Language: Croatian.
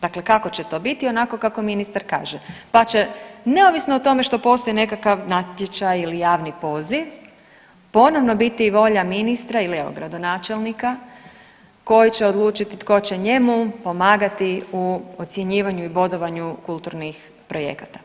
Dakle, kako će to biti, onako kako ministar kaže pa će neovisno o tome što postoji nekakav natječaj ili javni poziv, ponovno biti volja ministra ili evo, gradonačelnika koji će odlučit tko će njemu pomagati u ocjenjivanju i bodovanju kulturnih projekata.